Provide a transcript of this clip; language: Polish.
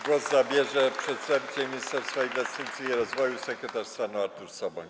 Głos zabierze przedstawiciel Ministerstwa Inwestycji i Rozwoju sekretarz stanu Artur Soboń.